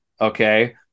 okay